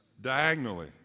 diagonally